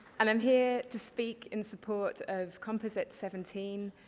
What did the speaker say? and i'm here to speak in support of composite seventeen,